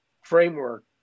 framework